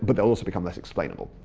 but they'll also become less explainable.